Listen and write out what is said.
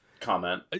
Comment